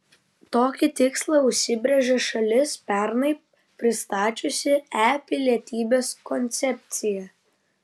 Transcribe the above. tokį tikslą užsibrėžė šalis pernai pristačiusi e pilietybės koncepciją